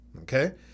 Okay